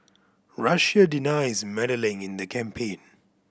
Russia denies meddling in the campaign